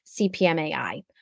CPMAI